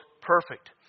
perfect